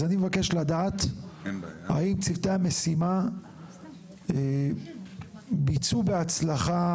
אז אני מבקש לדעת האם צוותי המשימה ביצעו בהצלחה